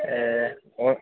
ए हुन्